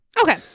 Okay